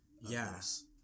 yes